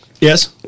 Yes